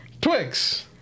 Twix